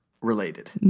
related